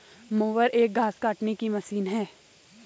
mower एक घास काटने की मशीन है